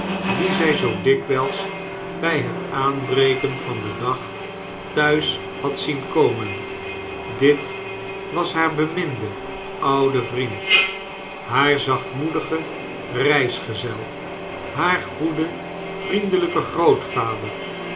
wien zij zoo dikwijls bij het aanbreken van den dag thuis had zien komen dit was haar beminde oude vriend haar zachtmoedige reisgezel haar goede vriendelijke grootvader